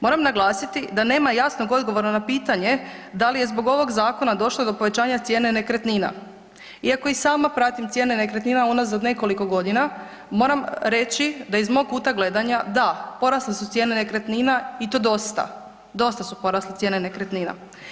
Moram naglasiti da nema jasnog odgovora na pitanje da li je zbog ovog zakona došlo do povećanja cijene nekretnina, iako i sama pratim cijene nekretnina unazad nekoliko godina, moram reći da iz mog kuta gledanja, da, porasle su cijene nekretnina i to dosta, dosta su porasle cijene nekretnina.